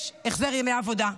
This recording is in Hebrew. יש החזר ימי עבודה,